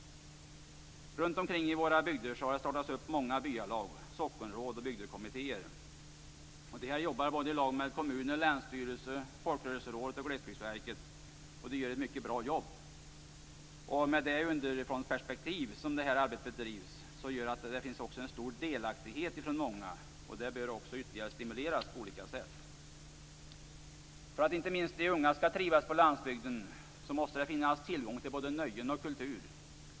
Runt omkring i våra bygder har det bildats många byalag, sockenråd och bygdekommittéer. Dessa arbetar ihop med kommuner, länsstyrelser, Folkrörelserådet och Glesbygdsverket, och de gör ett mycket bra jobb. Med det underifrånsperspektiv som det här arbetet bedrivs gör att det är blir en stor delaktighet för många. Detta bör ytterligare stimuleras på olika sätt. För att inte minst de unga skall trivas på landsbygden måste det finnas tillgång till både nöjen och kultur.